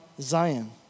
Zion